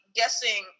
guessing